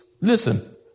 Listen